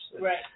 Right